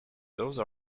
those